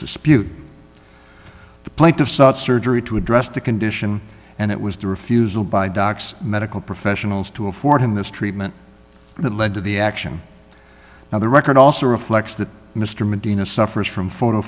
dispute the plaintiff sought surgery to address the condition and it was the refusal by docs medical professionals to afford him this treatment that led to the action now the record also reflects that mr medina suffers from photo